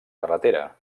carretera